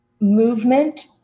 movement